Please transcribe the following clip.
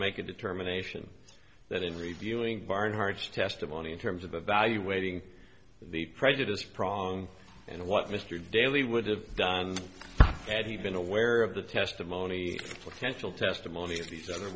make a determination that in reviewing barnhart's testimony in terms of evaluating the prejudice prong and what mr daly would have done had he been aware of the testimony potential testimony of these other